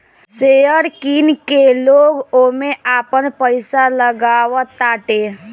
share किन के लोग ओमे आपन पईसा लगावताटे